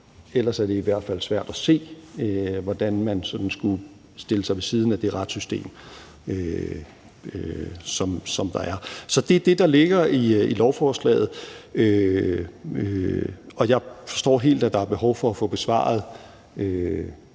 Ellers er det i hvert fald svært at se, hvordan man sådan skulle stille sig ved siden af det retssystem, der er. Så det er det, der ligger i lovforslaget. Jeg forstår helt, at der er behov for at få besvaret